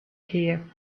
here